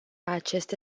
aceste